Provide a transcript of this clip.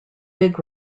big